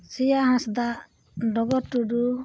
ᱥᱨᱮᱭᱟ ᱦᱟᱸᱥᱫᱟ ᱰᱚᱜᱚᱨ ᱴᱩᱰᱩ